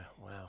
wow